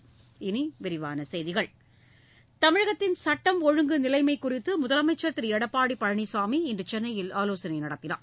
இனி விரிவான செய்திகள் தமிழகத்தின் சுட்டம் ஒழுங்கு நிலைமைக் குறித்து முதலமைச்சர் திரு எடப்பாடி பழனிசாமி இன்று சென்னையில் ஆலோசனை நடத்தினார்